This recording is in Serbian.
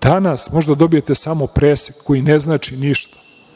Danas možete da dobijete samo presek, koji ne znači ništa.